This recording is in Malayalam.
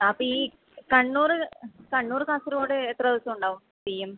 ആ അപ്പോൾ ഈ കണ്ണൂർ കണ്ണൂർ കാസർഗോഡ് എത്ര ദിവസം ഉണ്ടാവും തെയ്യം